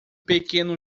pequeno